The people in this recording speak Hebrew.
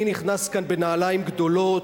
אני נכנס כאן לנעליים גדולות.